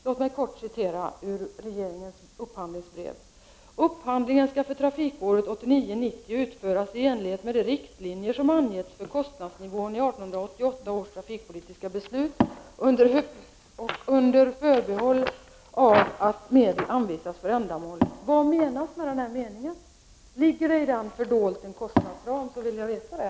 Låt mig kort citera ur regeringens upphandlingsbrev. Vad menas med denna mening? Ligger en kostnadsram dold i den vill jag veta det.